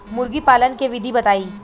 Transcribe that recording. मुर्गीपालन के विधी बताई?